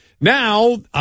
now